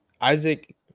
Isaac